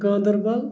Ganderbal